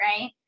right